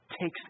takes